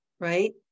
Right